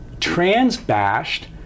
trans-bashed